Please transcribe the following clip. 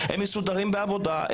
הם מסודרים בעבודה,